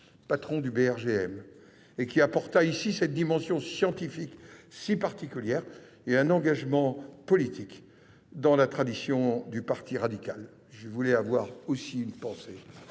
et minière (BRGM). Il apporta ici cette dimension scientifique si particulière et un engagement politique dans la tradition du parti radical. Je voulais aussi avoir une pensée